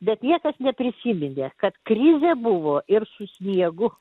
bet niekas neprisiminė kad krizė buvo ir su sniegu